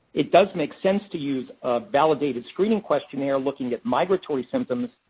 it does make sense to use ah validated screening questionnaire looking at migratory symptoms,